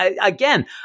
again